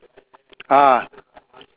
ah